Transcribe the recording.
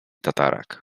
tatarak